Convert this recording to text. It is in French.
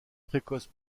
précoce